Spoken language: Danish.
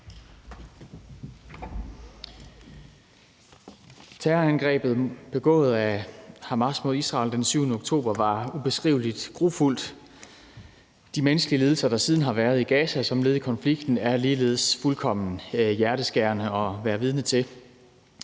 Terrorangrebet begået af Hamas mod Israel den 7. oktober var ubeskrivelig grufuldt. De menneskelige lidelser, der siden har været i Gaza i forbindelse med konflikten, er ligeledes fuldkommen hjerteskærende at være vidne til.